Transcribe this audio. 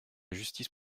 justice